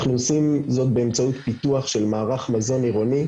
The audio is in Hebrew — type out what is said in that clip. אנחנו עושים זאת באמצעות פיתוח של מערך מזון עירוני,